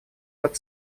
веб